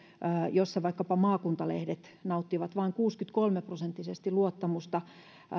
jossa vaikkapa maakuntalehdet nauttivat vain kuusikymmentäkolme prosenttisesti luottamusta